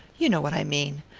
you know what i mean.